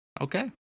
Okay